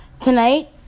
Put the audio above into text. tonight